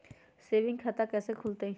Saving खाता कैसे खुलतई?